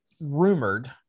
rumored